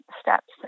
steps